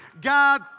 God